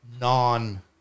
non